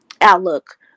outlook